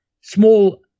small